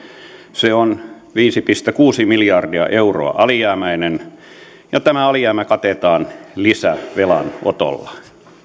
se on viisi pilkku kuusi miljardia euroa alijäämäinen ja tämä alijäämä katetaan lisävelanotolla